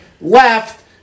Left